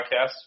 podcast